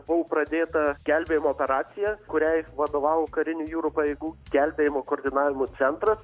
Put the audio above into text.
buvau pradėta gelbėjimo operacija kuriai vadovavo karinių jūrų pajėgų gelbėjimo koordinavimo centras